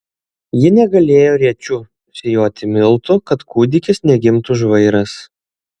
ji negalėjo rėčiu sijoti miltų kad kūdikis negimtų žvairas